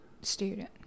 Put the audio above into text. student